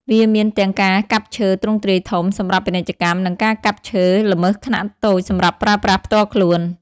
វាមានទាំងការកាប់ឈើទ្រង់ទ្រាយធំសម្រាប់ពាណិជ្ជកម្ម និងការកាប់ឈើល្មើសខ្នាតតូចសម្រាប់ប្រើប្រាស់ផ្ទាល់ខ្លួន។